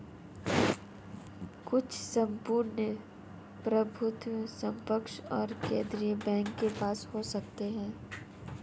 कुछ सम्पूर्ण प्रभुत्व संपन्न एक केंद्रीय बैंक के पास हो सकते हैं